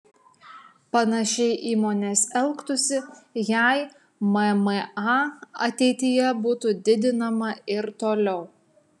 panašiai įmonės elgtųsi jei mma ateityje būtų didinama ir toliau